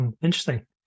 Interesting